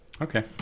Okay